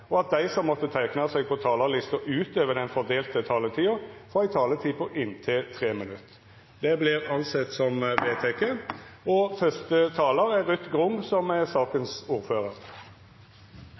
og at dei som måtte teikna seg på talarlista utover den fordelte taletida, får ei taletid på inntil 3 minutt. – Det er vedteke. I denne behandlingen er det god grunn til å takke komiteens medlemmer for et godt og konstruktivt samarbeid. Det er